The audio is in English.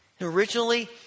Originally